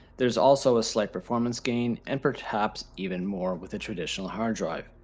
there's also a slight performance gain and perhaps even more with a traditional hard drive.